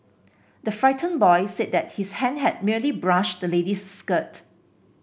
the frightened boy said that his hand had merely brushed the lady's skirt